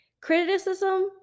Criticism